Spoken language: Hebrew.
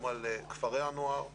גם על כפרי הנוער ועוד.